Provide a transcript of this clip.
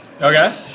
Okay